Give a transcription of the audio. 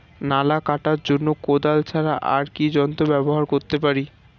নালা কাটার জন্য কোদাল ছাড়া আর কি যন্ত্র ব্যবহার করতে পারি?